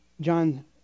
John